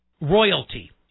royalty